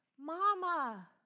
Mama